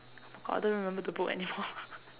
God don't remember the book anymore